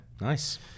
nice